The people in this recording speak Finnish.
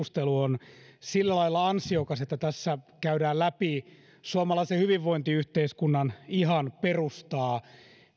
välikysymyskeskustelu on sillä lailla ansiokas että tässä käydään läpi suomalaisen hyvinvointiyhteiskunnan ihan perustaa